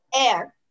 Air